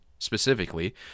Specifically